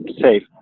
safe